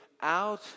out